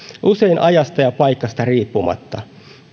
usein ajasta ja paikasta riippumatta